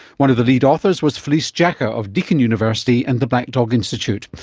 one of the lead authors was felice jacka of deakin university and the black dog institute. but